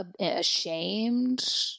Ashamed